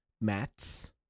mats